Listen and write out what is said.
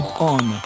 On